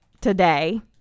today